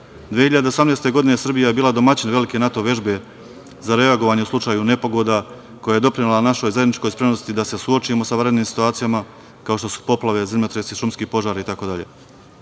2018. Srbija je bila domaćin velike NATO vežbe za reagovanje u slučaju nepogoda koje je doprinela našoj zajedničkoj spremnosti da se suočimo sa vanrednim situacijama, kao što su poplave, zemljotresi, šumski požari